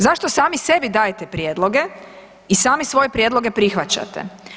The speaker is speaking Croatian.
Zašto sami sebi dajete prijedloge i sami svoje prijedloge prihvaćate?